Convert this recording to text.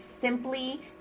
simply